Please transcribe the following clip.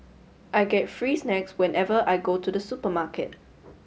I get free snacks whenever I go to the supermarket